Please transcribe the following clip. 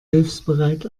hilfsbereit